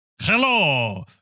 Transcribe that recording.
Hello